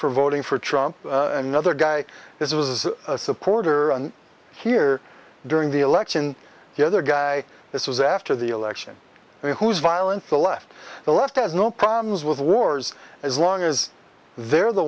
for voting for trump another guy this was a supporter here during the election the other guy this was after the election and whose violence the left the left has no problems with wars as long as they're the